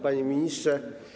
Panie Ministrze!